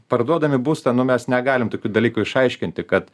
parduodami būstą nu mes negalim tokių dalykų išaiškinti kad